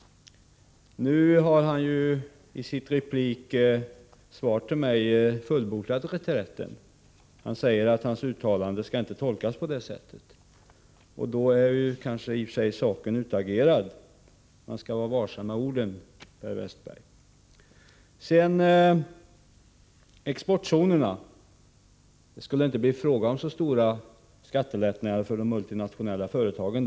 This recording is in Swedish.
Nu har Per Westerberg i sin replik till mig fullbordat reträtten. Han säger att hans uttalande inte skall tolkas på det sättet. Då är i och för sig saken utagerad. Men man skall vara varsam med orden, Per Westerberg. När det gäller exportzonerna skulle det inte bli fråga om så stora skattelättnader för de multinationella företagen.